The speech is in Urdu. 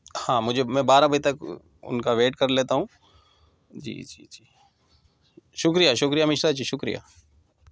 ہاں مجھے میں بارہ بجے تک ان کا ویٹ کر لیتا ہوں جی جی جی شکریہ شکریہ مشرا جی شکریہ